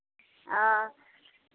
ᱚ